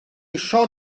isio